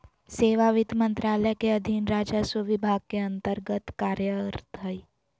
सेवा वित्त मंत्रालय के अधीन राजस्व विभाग के अन्तर्गत्त कार्यरत हइ